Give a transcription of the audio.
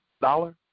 Dollar